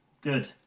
good